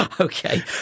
Okay